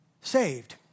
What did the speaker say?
saved